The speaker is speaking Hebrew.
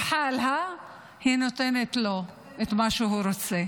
להלן תרגומם:) היא נותנת לו את מה שהוא רוצה.